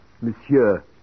Monsieur